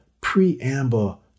preamble